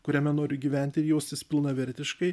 kuriame noriu gyventi ir jaustis pilnavertiškai